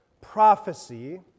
prophecy